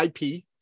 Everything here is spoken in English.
IP